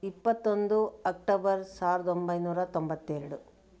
ಇಪ್ಪತ್ತೊಂದು ಅಕ್ಟೋಬರ್ ಸಾವಿರದೊಂಬೈನೂರ ತೊಂಬತ್ತೆರಡು